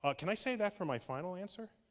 ah can i save that for my final answer?